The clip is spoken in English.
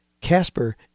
Casper